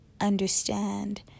understand